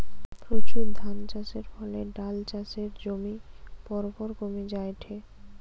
প্রচুর ধানচাষের ফলে ডাল চাষের জমি পরপর কমি জায়ঠে